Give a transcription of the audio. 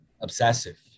obsessive